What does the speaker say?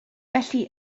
felly